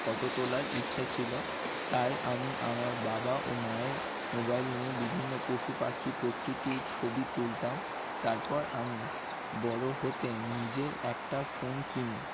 photo তোলার ইচ্ছা ছিল তাই আমি আমার বাবা ও মায়ের মোবাইল নিয়ে বিভিন্ন পশু পাখি প্রকৃতির ছবি তুলতাম তারপর আমি বড়ো হতে নিজের একটা ফোন কিনি